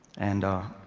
and,